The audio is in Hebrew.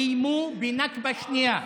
איימו בנכבה שנייה,